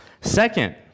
Second